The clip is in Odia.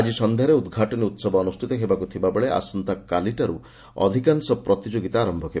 ଆଜି ସନ୍ଧ୍ୟାରେ ଉଦ୍ଘାଟନୀ ଉହବ ଅନୁଷ୍ଠିତ ହେବାକୁ ଥିବା ବେଳେ ଆସନ୍ତାକାଲିଠାରୁ ଅଧିକାଂଶ ପ୍ରତିଯୋଗୀତା ଆରମ୍ଭ ହେବ